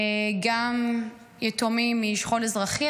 גם יתומים משכול אזרחי,